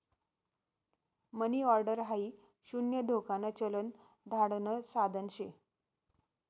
मनी order हाई शून्य धोकान चलन धाडण साधन शे